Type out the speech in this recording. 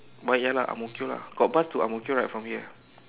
but ya lah Ang-Mo-kio lah got bus to Ang-Mo-kio right from here